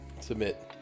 submit